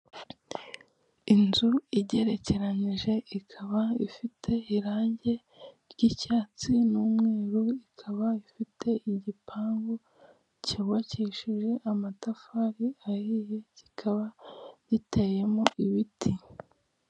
Inzu igerekeranyije, ikaba ifite irangi ry'icyatsi n'umweru, ikaba ifite igipangu cyubakishije amatafari ahiye, kikaba giteyemo ibiti.